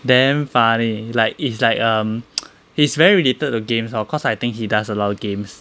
damn funny like it's like um he's very related to games lor because I think he does a lot of games